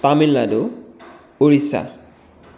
Tamil Nadu Orissa